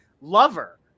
lover